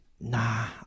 Nah